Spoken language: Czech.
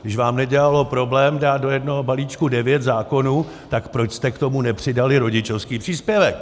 Když vám nedělalo problém dát do jednoho balíčku devět zákonů, tak proč jste k tomu nepřidali rodičovský příspěvek?